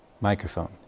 Microphone